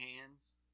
hands